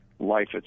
life